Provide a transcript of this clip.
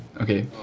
Okay